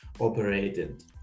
operated